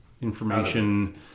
information